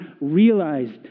realized